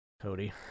Cody